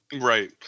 Right